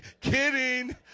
Kidding